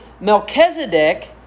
Melchizedek